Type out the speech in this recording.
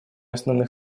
основных